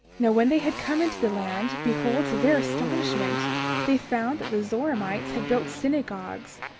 now, when they had come into the land, behold, to their astonishment they found that the zoramites had built synagogues,